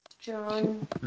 John